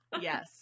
Yes